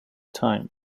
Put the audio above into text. time